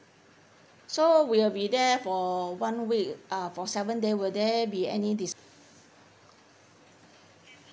so we'll be there for one week uh for seven there will there be any dis~